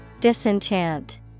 Disenchant